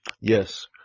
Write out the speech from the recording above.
yes